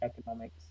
Economics